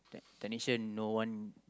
technician no want